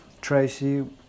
Tracy